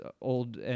old